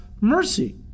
mercy